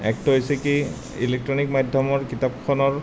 একটো হৈছে কি ইলেক্ট্ৰণিক মাধ্যমৰ কিতাপখনৰ